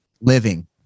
living